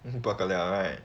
bao ga liao right